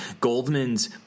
Goldman's